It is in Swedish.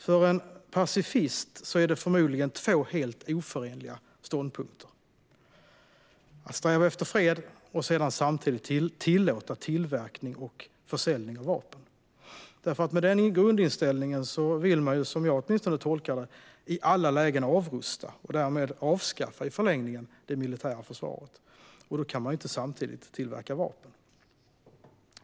För en pacifist är det förmodligen två helt oförenliga ståndpunkter att sträva efter fred och sedan samtidigt tillåta tillverkning och försäljning av vapen, för med den grundinställningen vill man, åtminstone som jag tolkar det, i alla lägen avrusta och därmed i förlängningen avskaffa det militära försvaret. Då kan man ju inte samtidigt tillverka vapen.